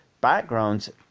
backgrounds